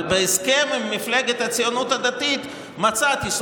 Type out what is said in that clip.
בהסכם עם מפלגת הציונות הדתית מצאתי,